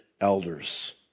elders